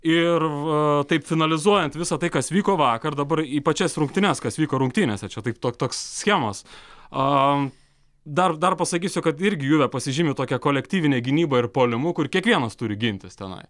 ir taip finalizuojant visą tai kas vyko vakar dabar į pačias rungtynes kas vyko rungtynėse čia taip ta toks schemos a dar dar pasakysiu kad irgi juves pasižymi tokia kolektyvine gynyba ir puolimu kur kiekvienas turi gintis tenai